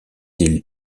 îles